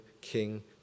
King